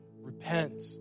Repent